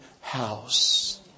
house